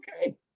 okay